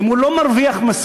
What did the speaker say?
אם הוא לא מרוויח מספיק